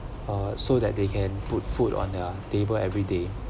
uh so that they can put food on their table every day